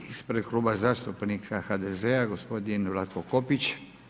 Ispred Kluba zastupnika HDZ-a gospodin Vlatko Kopić.